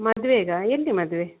ಮದುವೆಗಾ ಎಲ್ಲಿ ಮದುವೆ